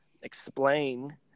explain